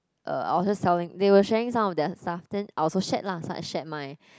uh I was just telling they were sharing some of their stuff then I also shared lah so I shared mine